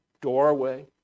doorway